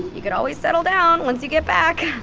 you could always settle down once you get back.